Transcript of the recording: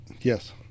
Yes